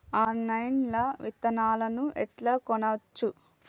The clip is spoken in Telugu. ఆన్లైన్ లా విత్తనాలను ఎట్లా కొనచ్చు?